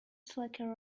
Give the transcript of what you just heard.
slacker